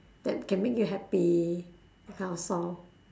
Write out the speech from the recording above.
that can make you happy that kind of song